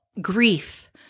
grief